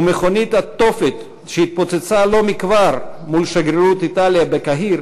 ומכונית התופת שהתפוצצה לא מכבר מול שגרירות איטליה בקהיר